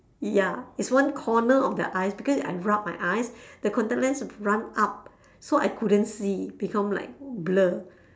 ya is one corner of the eyes because I rub my eyes the contact lens run up so I couldn't see become like blur